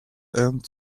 and